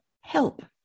help